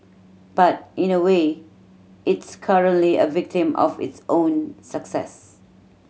but in a way it's currently a victim of its own success